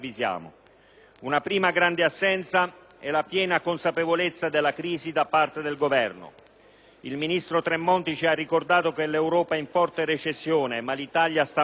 Una prima grande assenza è la piena consapevolezza della crisi da parte del Governo. Il ministro Tremonti ci ha ricordato che l'Europa è in forte recessione, ma che l'Italia sta meglio.